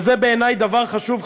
וזה בעיני דבר חשוב,